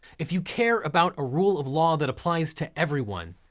if you care about a rule of law that applies to everyone,